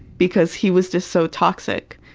because he was just so toxic,